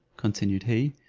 continued he,